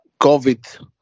COVID